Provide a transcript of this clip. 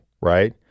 right